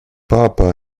папа